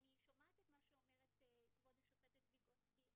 אני שומעת את מה שאומרת כבוד השופטת ויגוצקי,